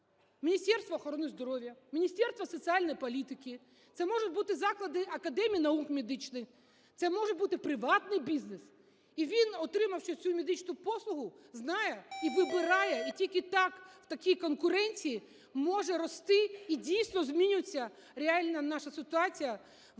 Міністерства охорони здоров'я, Міністерства соціальної політики. Це можуть бути заклади Академії наук медичних. Це може бути приватний бізнес. І він, отримавши цю медичну послугу, знає і вибирає, і тільки так, в такій конкуренції може рости і дійсно змінюватися реальна наша ситуація в